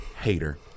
hater